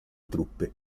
truppe